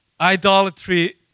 Idolatry